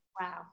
Wow